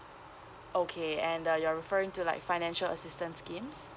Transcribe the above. okay and uh you're referring to like financial assistance schemes